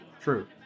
True